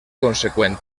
conseqüent